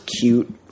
cute